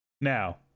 Now